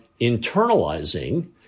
internalizing